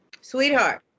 sweetheart